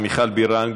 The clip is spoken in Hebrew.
מיכל בירן,